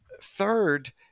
third